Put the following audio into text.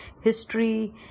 history